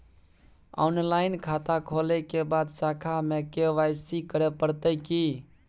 Online खाता खोलै के बाद शाखा में के.वाई.सी करे परतै की?